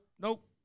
nope